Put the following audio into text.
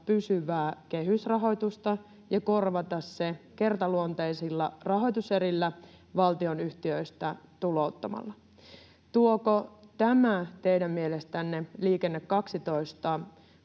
pysyvää kehysrahoitusta ja korvata se kertaluonteisilla rahoituserillä valtionyhtiöistä tulouttamalla? Tuoko tämä teidän mielestänne Liikenne 12